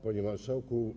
Panie Marszałku!